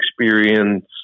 experience